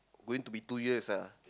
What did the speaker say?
going to be two years ah